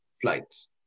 flights